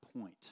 point